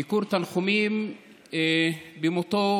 ביקור תנחומים על מותו